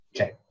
Okay